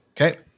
Okay